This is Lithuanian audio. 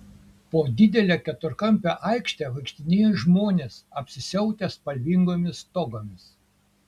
po didelę keturkampę aikštę vaikštinėjo žmonės apsisiautę spalvingomis togomis